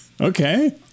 Okay